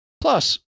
Plus